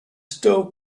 still